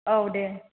औ दे